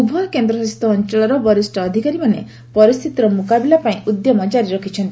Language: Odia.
ଉଭୟ କେନ୍ଦ୍ରଶାସିତ ଅଞ୍ଚଳର ବରିଷ୍ଠ ଅଧିକାରୀମାନେ ପରିସ୍ଥିତିର ମୁକାବିଲାପାଇଁ ଉଦ୍ୟମ ଜାରି ରଖିଛନ୍ତି